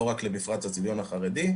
לא רק למפרט הצביון החרדי.